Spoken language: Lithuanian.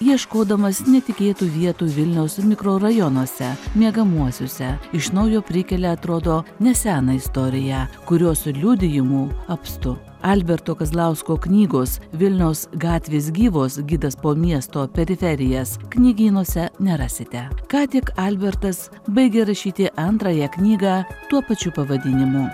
ieškodamas netikėtų vietų vilniaus mikrorajonuose miegamuosiuose iš naujo prikelia atrodo neseną istoriją kurios liudijimų apstu alberto kazlausko knygos vilniaus gatvės gyvos gidas po miesto periferijas knygynuose nerasite ką tik albertas baigė rašyti antrąją knygą tuo pačiu pavadinimu